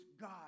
God